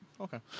Okay